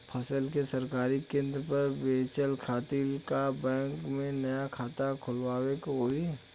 फसल के सरकारी केंद्र पर बेचय खातिर का बैंक में नया खाता खोलवावे के होई?